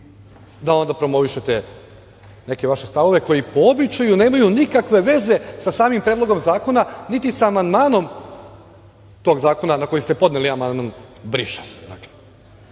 da promovišete neke vaše stavove koji, po običaju, nemaju nikakve veze sa samim predlogom zakona, niti sa amandmanom tog zakona na koji ste podneli amandman - briše se. To